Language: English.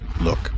Look